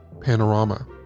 Panorama